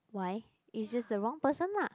why is just the wrong person lah